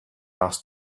asked